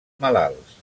malalts